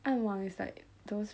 暗网 is like those